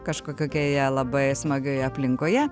kažkokioje labai smagioje aplinkoje